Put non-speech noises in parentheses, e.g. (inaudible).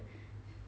(coughs)